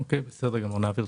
אוקיי, בסדר גמור, נעביר תשובה.